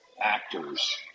Actors